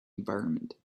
environment